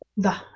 the